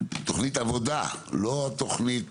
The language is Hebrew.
לא התכנית